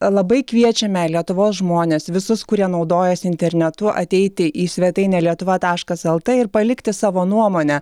labai kviečiame lietuvos žmones visus kurie naudojasi internetu ateiti į svetainę lietuva taškas lt ir palikti savo nuomonę